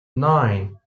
nine